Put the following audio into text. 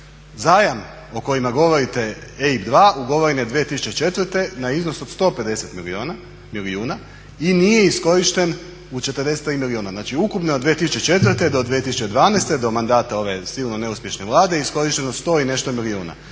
Zajam o kojem govorite EIB 2 ugovoren je 2004. na iznos od 150 milijuna i nije iskorišten u 43 milijuna. Znači ukupno od 2004. do 2012. do mandata ove sigurno neuspješne Vlade iskorišteno je 100 i nešto milijuna.